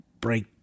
break